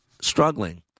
struggling